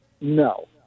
No